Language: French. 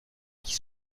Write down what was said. qui